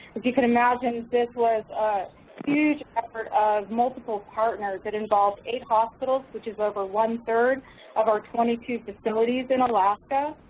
you could imagine, this was a huge effort of multiple partners that involved eight hospitals which is over one-third of our twenty two facilities in alaska,